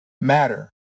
matter